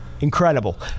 Incredible